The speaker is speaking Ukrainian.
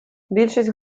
більшість